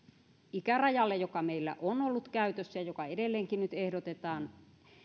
ikärajalle joka meillä on ollut käytössä ja joka edelleenkin nyt ehdotetaan